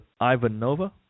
Ivanova